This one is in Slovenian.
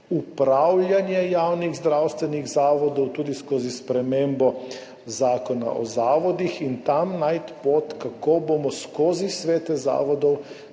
upravljanje javnih zdravstvenih zavodov tudi skozi spremembo Zakona o zavodih in tam najti pot, kako bomo skozi svete zavodov,